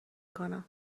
کنم